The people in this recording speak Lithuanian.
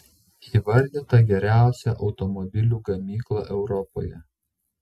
įvardyta geriausia automobilių gamykla europoje